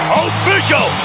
official